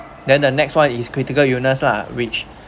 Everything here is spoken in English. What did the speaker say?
then the next one is critical illness lah which